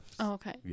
Okay